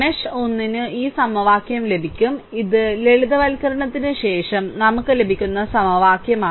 mesh 1 ന് ഈ സമവാക്യം ലഭിക്കും ഇത് ലളിതവൽക്കരണത്തിന് ശേഷം നമുക്ക് ലഭിക്കുന്ന സമവാക്യമാണ്